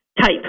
type